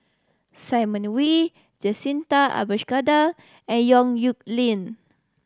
Simon Wee Jacintha Abisheganaden and Yong Nyuk Lin